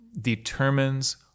determines